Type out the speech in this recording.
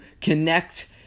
connect